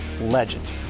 legend